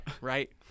Right